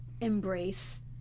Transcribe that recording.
embrace